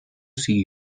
see